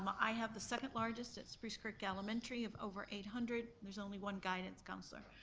i have the second largest at spruce creek elementary of over eight hundred, there's only one guidance counselor.